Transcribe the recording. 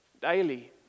Daily